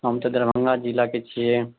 हम तऽ दरभङ्गा जिलाके छियै